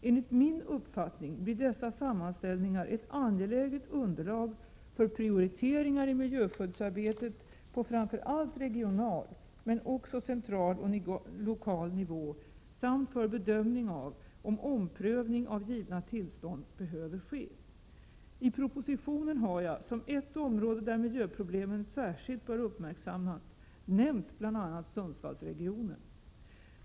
Enligt min uppfattning blir dessa sammanställningar ett angeläget underlag för prioriteringar i miljöskyddsarbetet på framför allt regional men också central och lokal nivå samt bedömning om omprövning av givna tillstånd behöver ske. I propositionen har jag som ett område där miljöproblemen särskilt bör uppmärksammas nämnt bl.a. Sundsvallsregionen.